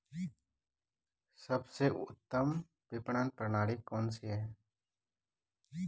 सबसे उत्तम विपणन प्रणाली कौन सी है?